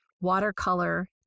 watercolor